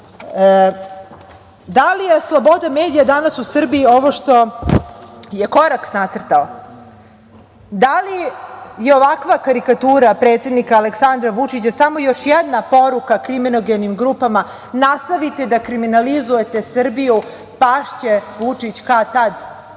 li je sloboda medija danas u Srbiji ovo što je Koraks nacrtao? Da li je ovakva karikatura predsednika Aleksandra Vučića samo još jedna poruka kriminogenim grupama – nastavite da kriminalizujete Srbiju, pašće Vučić kad-tad?